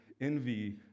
envy